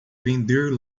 vender